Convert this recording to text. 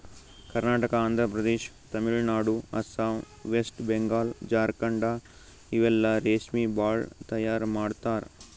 Karnataka, Andhra Pradesh, Tamil Nadu, Assam, West Bengal, Jharkhand ಇಲ್ಲೆಲ್ಲಾ ರೇಶ್ಮಿ ಭಾಳ್ ತೈಯಾರ್ ಮಾಡ್ತರ್